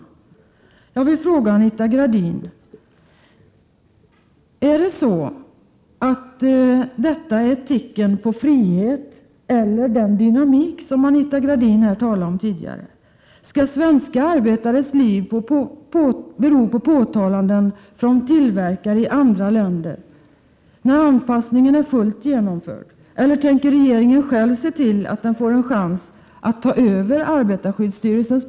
Jag vill fråga Anita Gradin om detta är ett tecken på frihet eller den dynamik som Anita Gradin talade om tidigare? Skall svenska arbetares liv bero på påtalanden från tillverkare i andra länder när anpassningen är fullt genomförd? Eller tänker regeringen själv se till att den får chans att ta över arbetarskyddsstyrel Prot.